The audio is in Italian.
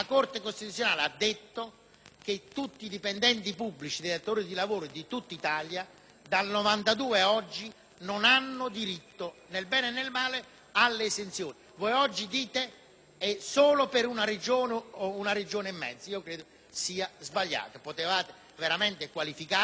che tutti i dipendenti pubblici e i datori di lavoro di tutta Italia dal 1992 a oggi non hanno diritto nel bene e nel male all'esenzione. Oggi dite: è solo per una Regione o una Regione e mezzo. Credo che sia sbagliato; potevate qualificarvi dicendo che